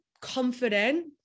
confident